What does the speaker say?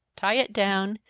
tie it down,